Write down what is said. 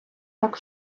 так